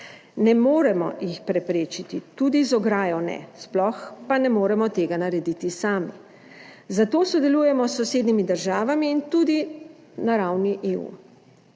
Ne moremo jih preprečiti, tudi z ograjo ne. Sploh pa ne moremo tega narediti sami. Zato sodelujemo s sosednjimi državami in tudi na ravni EU.